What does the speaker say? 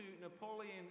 Napoleon